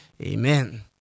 Amen